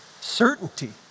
certainty